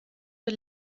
für